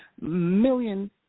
Million